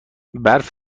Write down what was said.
برف